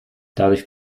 dadurch